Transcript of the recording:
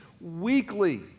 weekly